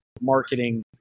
marketing